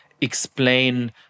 explain